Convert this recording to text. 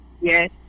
yes